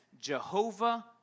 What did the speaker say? Jehovah